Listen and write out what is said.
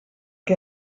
que